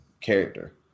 character